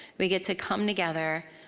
we get to come together.